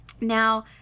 Now